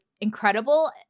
incredible